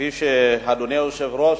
כפי שאדוני היושב-ראש,